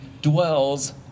dwells